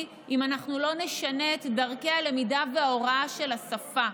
אם אנחנו לא נשנה את דרכי הלמידה וההוראה של השפה,